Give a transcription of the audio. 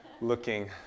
looking